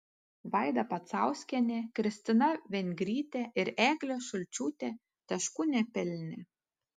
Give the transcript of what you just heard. vaida pacauskienė kristina vengrytė ir eglė šulčiūtė taškų nepelnė